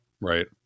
right